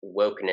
wokeness